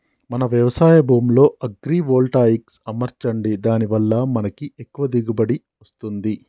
మన వ్యవసాయ భూమిలో అగ్రివోల్టాయిక్స్ అమర్చండి దాని వాళ్ళ మనకి ఎక్కువ దిగువబడి వస్తుంది